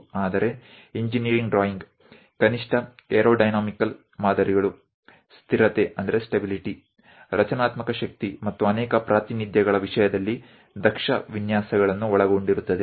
ಆದರೆ engineering drawing ಕನಿಷ್ಠ aerodynamical ಮಾದರಿಗಳು ಸ್ಥಿರತೆ ರಚನಾತ್ಮಕ ಶಕ್ತಿ ಮತ್ತು ಅನೇಕ ಪ್ರಾತಿನಿಧ್ಯಗಳ ವಿಷಯದಲ್ಲಿ ದಕ್ಷ ವಿನ್ಯಾಸಗಳನ್ನು ಒಳಗೊಂಡಿರುತ್ತದೆ